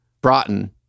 Broughton